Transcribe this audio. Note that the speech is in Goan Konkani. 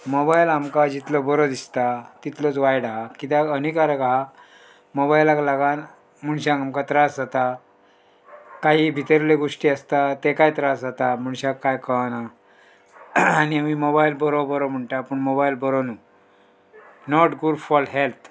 मोबायल आमकां जितलो बरो दिसता तितलोच वायट आहा कित्याक हनिकारक आहा मोबायलाक लागून मनश्यांक आमकां त्रास जाता काही भितरल्यो गोश्टी आसता ताकाय त्रास जाता मणश्याक कांय कळना आनी आमी मोबायल बरो बरो म्हणटा पूण मोबायल बरो न्हू नॉट गूड फॉर हेल्थ